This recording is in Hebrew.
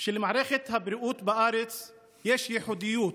שלמערכת הבריאות בארץ יש ייחודיות,